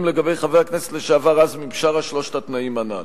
לגבי חבר הכנסת לשעבר עזמי בשארה שלושת התנאים הנ"ל.